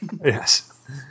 Yes